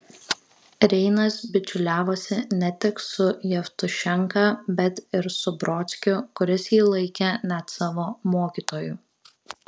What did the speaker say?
reinas bičiuliavosi ne tik su jevtušenka bet ir su brodskiu kuris jį laikė net savo mokytoju